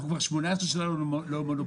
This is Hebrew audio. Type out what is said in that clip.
כבר 18 שנים אנחנו לא מונופול.